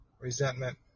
resentment